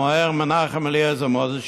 מוה"ר מנחם אליעזר מוזס,